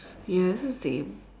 ya it's the same